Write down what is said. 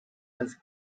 was